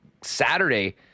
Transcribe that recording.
Saturday